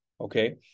okay